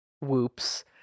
whoops